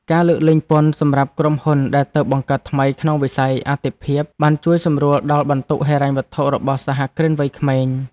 ការលើកលែងពន្ធសម្រាប់ក្រុមហ៊ុនដែលទើបបង្កើតថ្មីក្នុងវិស័យអាទិភាពបានជួយសម្រួលដល់បន្ទុកហិរញ្ញវត្ថុរបស់សហគ្រិនវ័យក្មេង។